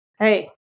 Hey